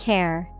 Care